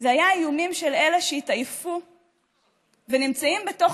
אלא האיומים של אלה שהתעייפו ונמצאים בתוך